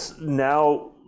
now